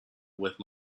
with